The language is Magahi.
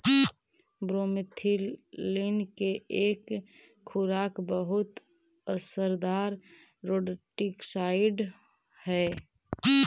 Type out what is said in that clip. ब्रोमेथलीन के एके खुराक बहुत असरदार रोडेंटिसाइड हई